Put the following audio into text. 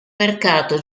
mercato